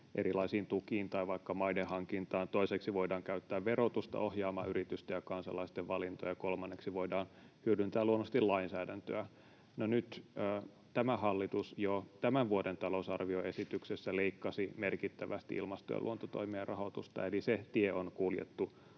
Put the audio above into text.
erilaisiin tukiin tai vaikka maiden hankintaan. Toiseksi voidaan käyttää verotusta ohjaamaan yritysten ja kansalaisten valintoja. Kolmanneksi voidaan luonnollisesti hyödyntää lainsäädäntöä. No, nyt tämä hallitus jo tämän vuoden talousarvioesityksessä leikkasi merkittävästi ilmasto- ja luontotoimien rahoitusta, eli se tie on kuljettu